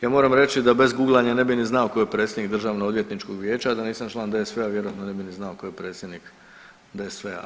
Ja moram reći da bez guglanja ne bi ni znao tko je predsjednik Državnoodvjetničkog vijeća, a da nisam član DSV-a vjerojatno ne bi ni znao tko je predsjednik DSV-a.